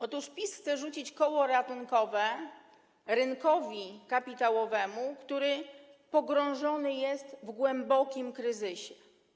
Otóż PiS chce rzucić koło ratunkowe rynkowi kapitałowemu, który pogrążony jest w głębokim kryzysie.